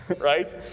right